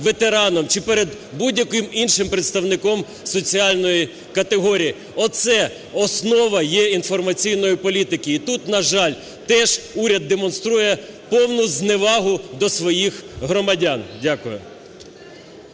чи перед будь-яким іншим представником соціальної категорії. Оце основа є інформаційної політики. І тут, на жаль, теж уряд демонструє повну зневагу до своїх громадян. Дякую.